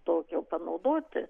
tokio panaudoti